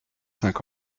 cinq